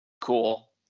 Cool